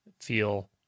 feel